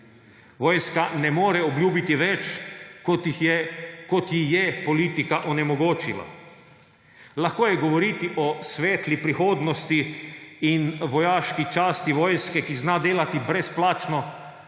Vojska ne more obljubiti več, kot ji je politika onemogočila. Lahko je govoriti o svetli prihodnosti in vojaški časti vojske, ki zna delati brezplačno